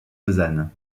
lausanne